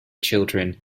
children